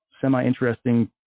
semi-interesting